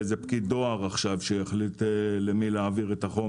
מעבדה שהוסמכה לעניין בדיקות סייבר לרכב עצמאי על ידי רשות הרישוי.